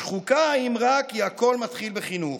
שחוקה האמרה כי הכול מתחיל בחינוך,